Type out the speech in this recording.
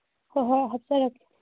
ꯍꯣꯏ ꯍꯣꯏ ꯍꯥꯞꯆꯔꯛꯀꯦ